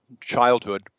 childhood